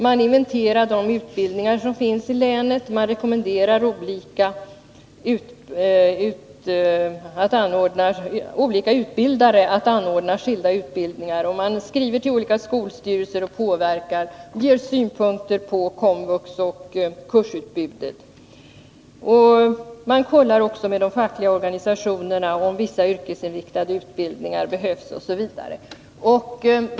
Man inventerar de utbildningar som finns i länet, man rekommenderar olika utbildare att anordna skilda utbildningar och man skriver till olika skolstyrelser och påverkar dem, man anför synpunkter på KOMVUX och på kursutbudet, man kollar med de fackliga organisationerna om vissa yrkesinriktade utbildningar behövs osv.